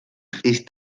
ტყის